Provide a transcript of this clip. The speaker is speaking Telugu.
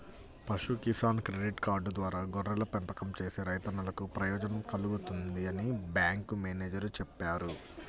పశు కిసాన్ క్రెడిట్ కార్డు ద్వారా గొర్రెల పెంపకం చేసే రైతన్నలకు ప్రయోజనం కల్గుతుందని బ్యాంకు మేనేజేరు చెప్పారు